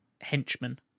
henchmen